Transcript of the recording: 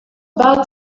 bart